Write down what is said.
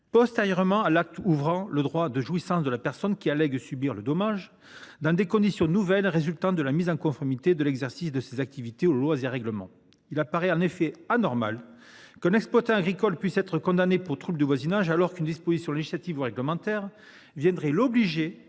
postérieurement à l’acte ouvrant le droit de jouissance de la personne qui allègue subir le dommage, dans des conditions nouvelles résultant de la mise en conformité de l’exercice de ces activités aux lois et aux règlements ». Il apparaît en effet anormal qu’un exploitant agricole puisse être condamné pour trouble du voisinage, alors qu’une disposition législative ou réglementaire viendrait l’obliger à modifier les